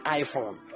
iPhone